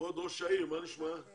הישיבה ננעלה